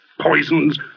poisons